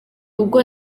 ubwo